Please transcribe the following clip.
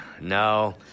No